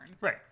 Right